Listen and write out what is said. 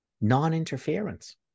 Non-interference